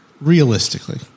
Realistically